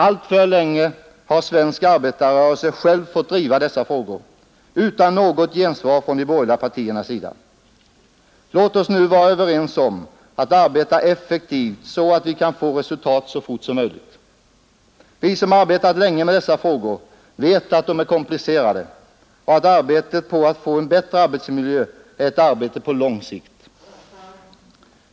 Alltför länge har svensk arbetarrörelse själv fått driva dessa frågor utan något gensvar från de borgerliga partiernas sida. Låt oss nu vara överens om att arbeta effektivt så att vi kan få resultat så fort som möjligt. Vi som arbetat länge med dessa frågor vet att de är komplicerade och att arbetet på att få en bättre arbetsmiljö är ett arbete på lång sikt.